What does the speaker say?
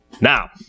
Now